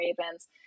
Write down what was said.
Ravens